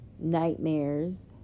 Nightmares